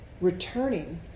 returning